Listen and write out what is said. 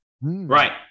right